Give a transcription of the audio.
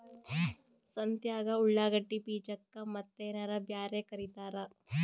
ಸಂತ್ಯಾಗ ಉಳ್ಳಾಗಡ್ಡಿ ಬೀಜಕ್ಕ ಮತ್ತೇನರ ಬ್ಯಾರೆ ಕರಿತಾರ?